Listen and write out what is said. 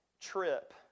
trip